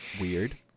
weird